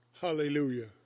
Hallelujah